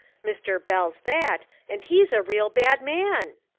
mr. bell's that, and he's a real bad man.